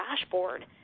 dashboard